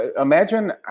Imagine